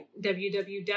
www